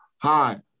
Hi